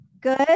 Good